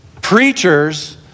preachers